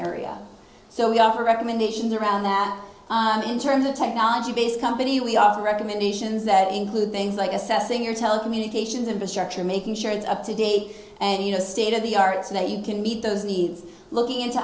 area so we offer recommendations around that in terms of technology based company we offer recommendations that include things like assessing your telecommunications infrastructure making sure it's up to date and you know state of the art so that you can meet those needs looking into